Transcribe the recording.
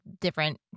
different